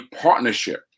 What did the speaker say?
partnership